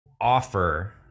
offer